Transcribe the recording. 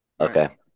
Okay